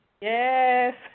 Yes